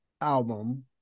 album